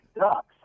ducks